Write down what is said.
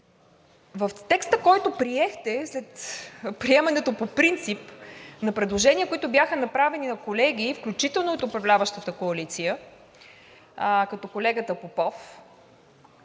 в текста, който приехте след приемането по принцип на предложения, които бяха направени от колеги, включително от управляващата коалиция, като колегата Попов,